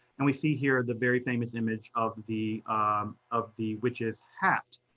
and we see here the very famous image of the of the witch's hat,